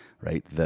right